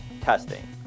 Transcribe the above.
testing